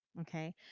okay